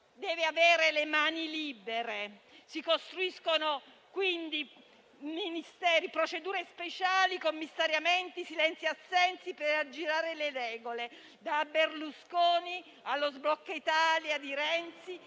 deve avere le mani libere. Si costruiscono quindi Ministeri, procedure speciali, commissariamenti, silenzi-assensi per aggirare le regole. Da Berlusconi allo sblocca Italia di Renzi